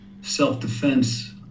self-defense